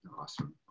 Awesome